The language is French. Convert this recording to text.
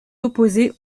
opposés